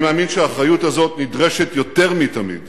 אני מאמין שהאחריות הזאת נדרשת יותר מתמיד